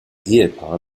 ehepaar